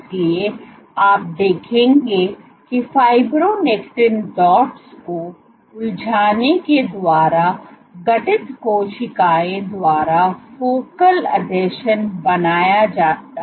इसलिए आप देखेंगे कि फाइब्रोनेक्टिन डॉट्स को उलझाने के द्वारा गठित कोशिकाओं द्वारा फोकल आसंजन बनाया जा रहा है